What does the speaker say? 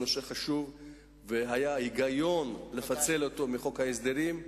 חשוב והיה היגיון לפצל אותו מחוק ההסדרים,